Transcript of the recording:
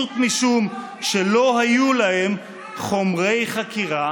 פשוט משום שלא היו להם חומרי חקירה